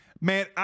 Man